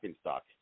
stock